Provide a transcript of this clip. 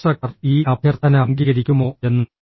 instructor ഈ അഭ്യർത്ഥന അംഗീകരിക്കുമോ എന്ന്